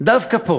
דווקא פה,